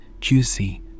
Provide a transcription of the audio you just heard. juicy